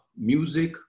music